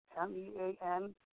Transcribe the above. M-E-A-N